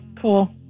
Cool